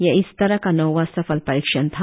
यह इस तरह का नौंवा सफल परीक्षण था